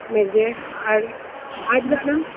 आठ जाणां